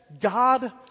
God